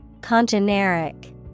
Congeneric